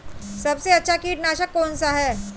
सबसे अच्छा कीटनाशक कौन सा है?